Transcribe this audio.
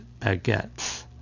baguettes